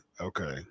okay